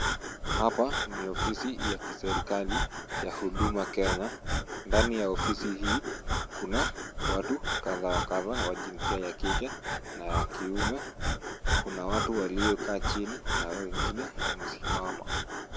Hapa ni ofisi ya kiserikali ya Huduma Kenya. Ndani ya ofisi hii kuna watu kadhaa wa kadhaa wa jinsia ya kike na ya kiume. Kuna watu waliokaa chini na hawa wengine wamesimama.